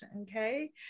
Okay